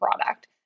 product